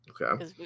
Okay